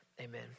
amen